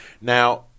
now